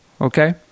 okay